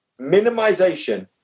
minimization